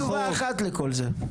יש תשובה אחת לכל זה.